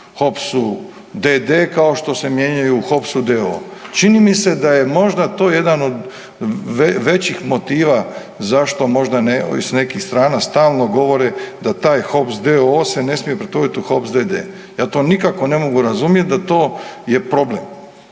d.d., kao što se mijenjaju u HOPS-u d.o.o. Čini mi se da je možda to jedan od većih motiva zašto možda s nekih strana stalno govore da taj HOPS d.o.o. se ne smije pretvoriti u HOPS d.d. Ja to nikako ne mogu razumjeti da to je problem.